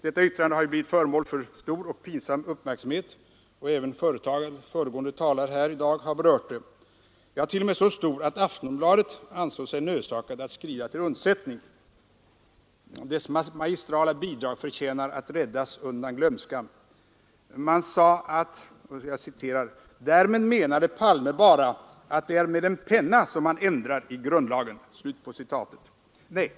Detta yttrande har blivit föremål för stor och pinsam uppmärksamhet — även av föregående talare här i dag — så stor t.o.m. att Aftonbladet ansåg sig nödsakat att skrida till undsättning. Dess magistrala bidrag förtjänar att räddas undan glömskan. Man sade att ”därmed menade Palme bara att det är med en penna som man ändrar i grundlagen”!